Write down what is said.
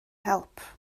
help